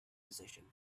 position